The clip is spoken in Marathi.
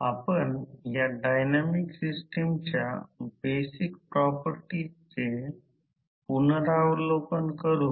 पॉवर फॅक्टर चिन्ह नियमनासाठी आहे लीडिंग पॉवर फॅक्टर साठी चिन्ह आहे आणि इतर गोष्ट जर असे केले तर ते 1 पॉवर फॅक्टर त्या पॉवर फॅक्टर नियमना साठी भारीत करा